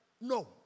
No